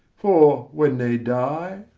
for, when they die,